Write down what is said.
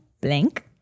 blank